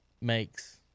makes